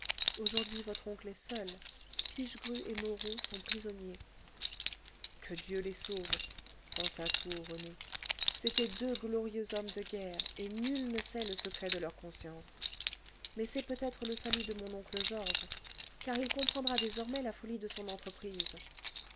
aujourd'hui votre oncle est seul pichegru et moreau sont prisonniers que dieu les sauve pensa tout haut rené c'étaient deux glorieux hommes de guerre et nul ne sait le secret de leur conscience mais c'est peut-être le salut de mon oncle georges car il comprendra désormais la folie de son entreprise